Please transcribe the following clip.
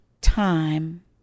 time